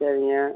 சரிங்க